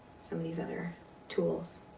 some of these other tools